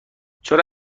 چرا